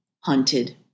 hunted